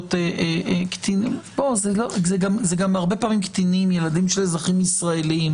זכויות קטינים הרבה פעמים אלה ילדים של אזרחים ישראלים